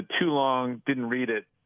too-long-didn't-read-it